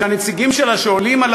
שהנציגים שלה שעולים על